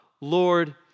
Lord